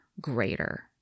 Greater